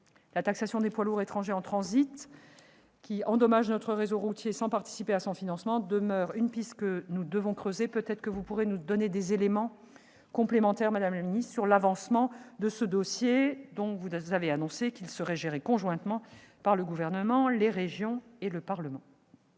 La taxation des poids lourds étrangers en transit, qui endommagent notre réseau routier sans participer à son financement, demeure une piste que nous devons creuser. Pourrez-vous nous donner, madame la ministre, des informations complémentaires sur l'avancement de ce dossier, dont vous avez annoncé qu'il serait étudié conjointement par le Gouvernement, les régions et le Parlement